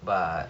but